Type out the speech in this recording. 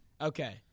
Okay